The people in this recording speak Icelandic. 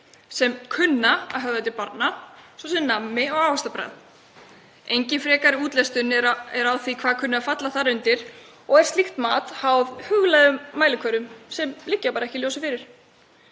sem kunna að höfða til barna, svo sem nammi- og ávaxtabragð. Engin frekari útlistun er á því hvað kunni að falla þar undir og er slíkt mat háð huglægum mælikvörðum sem liggja ekki ljósir fyrir.